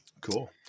Cool